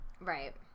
Right